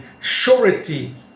surety